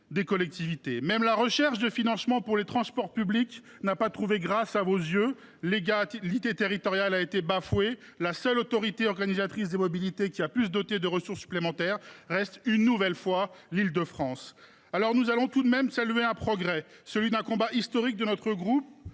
des collectivités. Même la recherche de financements pour les transports publics n’a pas trouvé grâce à vos yeux ! L’égalité territoriale a été bafouée : la seule autorité organisatrice de la mobilité qui a pu se doter de ressources supplémentaires reste, une nouvelle fois, l’Île de France. Nous saluons tout de même un progrès, objet d’un combat historique de certains